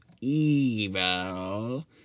evil